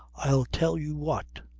i'll tell you what.